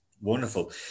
wonderful